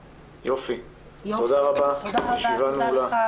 תודה רבה, הישיבה נעולה.